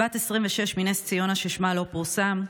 בת 26 מנס ציונה ששמה לא פורסם,